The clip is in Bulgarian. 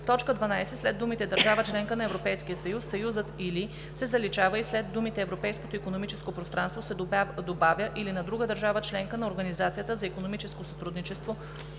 В т. 12 след думите „държава – членка на Европейския съюз,“ съюзът „или“ се заличава и след думите „Европейското икономическо пространство“ се добавя „или на друга държава – членка на Организацията за икономическо сътрудничество